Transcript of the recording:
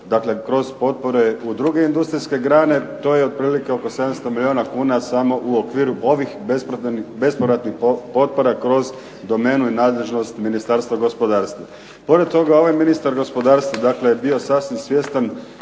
dakle kroz potpore u druge industrijske grane. To je otprilike oko 700 milijuna kuna samo u okviru ovih bespovratnih potpora kroz domenu i nadležnost Ministarstva gospodarstva. Pored toga, ovaj ministar gospodarstva, dakle je bio sasvim svjestan